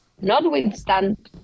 notwithstanding